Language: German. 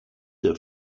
der